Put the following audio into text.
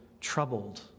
troubled